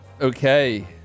Okay